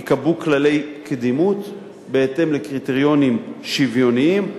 ייקבעו כללי קדימות בהתאם לקריטריונים שוויוניים.